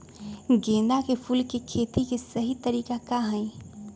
गेंदा के फूल के खेती के सही तरीका का हाई?